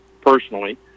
personally